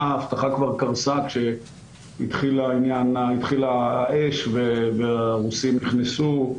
האבטחה כבר קרסה כשהתחילה האש והרוסים נכנסו.